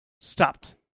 stopped